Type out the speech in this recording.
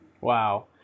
Wow